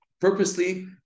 purposely